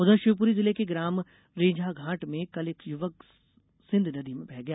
उधर शिवपुरी जिले के ग्राम रैंझाघाट में कल एक युवक सिंध नदी में बह गया